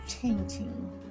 changing